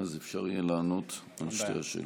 אז יהיה אפשר לענות על שתי השאלות.